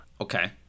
Okay